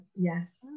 Yes